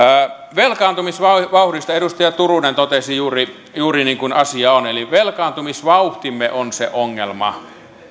velkaantumisvauhdista edustaja turunen totesi juuri juuri niin kuin asia on eli velkaantumisvauhtimme on se ongelma